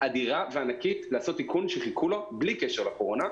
אדירה וענקית לעשות תיקון שחיכו לו בלי קשר לקורונה,